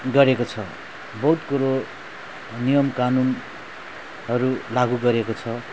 गरेको छ बहुत कुरो नियम कानुनहरू लागु गरेको छ